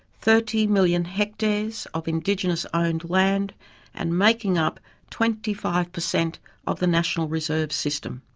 thirty million hectares of indigenous owned land and making up twenty five per cent of the national reserve system.